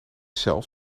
cel